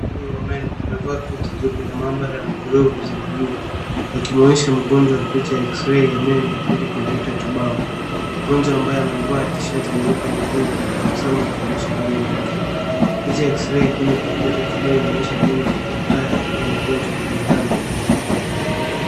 Daktari huyu wa meno amevaa koti jeupe na maabara na(cs) glove(cs) za (cs)blue(cs) akimwonyesha mgonjwa picha ya Xray ya meno kwenye kompyuta kibao. Mgonjwa ambae amevaa(cs) tishati(cs) jeupe na(cs) jeans(cs) anatabasamu akionyesha meno yake. Picha ya Xray kwenye kompyuta kibae inaonyesha mbinu hatari ya mgonjwa kwa undani.